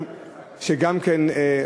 שגם כן,